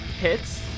hits